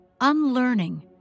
Unlearning